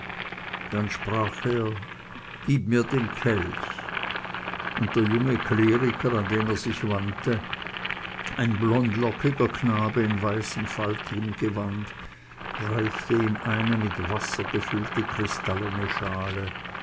dann sprach er gib mir den kelch und der junge kleriker an den er sich wandte ein blondlockiger knabe in weißem faltigen gewand reichte ihm eine mit wasser gefüllte kristallene schale